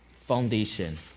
foundation